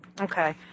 Okay